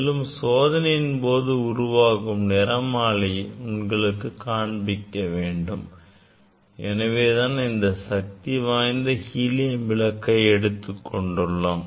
மேலும் சோதனையின் போது உருவாகும் நிறமாலையை உங்களுக்கு காண்பிக்க வேண்டும் எனவே தான் இந்த சக்தி வாய்ந்த ஹீலியம் விளக்கை எடுத்துக் கொண்டுள்ளோம்